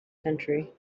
country